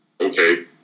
Okay